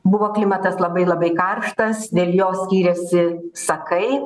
buvo klimatas labai labai karštas dėl jo skyrėsi sakai